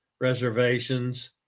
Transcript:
reservations